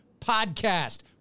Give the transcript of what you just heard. podcast